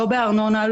לא בארנונה,